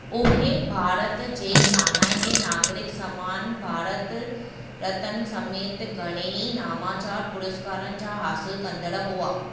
उहे भारत जे शानाइते नागरिक सम्मान भारत रत्न समेति घणेई नामाचार पुरस्कारनि जा हासिलु कंदड़ु हुआ